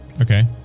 Okay